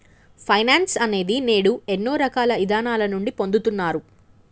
finance అనేది నేడు ఎన్నో రకాల ఇదానాల నుండి పొందుతున్నారు